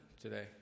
today